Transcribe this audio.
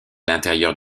l’intérieur